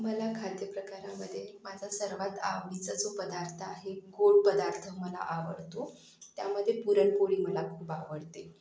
मला खाद्यप्रकारामध्ये माझा सर्वात आवडीचा जो पदार्थ आहे गोड पदार्थ मला आवडतो त्यामध्ये पुरणपोळी मला खूप आवडते